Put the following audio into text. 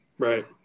right